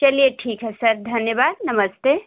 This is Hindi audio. चलिए ठीक है सर धन्यवाद नमस्ते